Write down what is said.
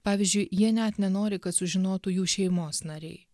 pavyzdžiui jie net nenori kad sužinotų jų šeimos nariai